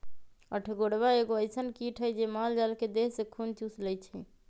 अठगोरबा एगो अइसन किट हइ जे माल जाल के देह से खुन चुस लेइ छइ